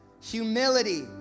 humility